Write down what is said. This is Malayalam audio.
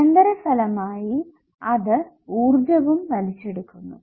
അനന്തരഫലമായി അത് ഊർജ്ജവും വലിച്ചെടുക്കുന്നു